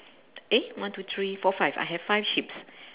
eh one two three four five I have five sheeps